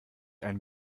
einen